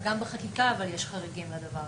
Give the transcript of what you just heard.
גם בחקיקה יש חריגים לדבר הזה.